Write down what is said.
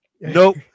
nope